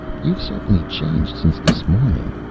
you've certainly changed since this morning,